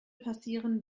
passieren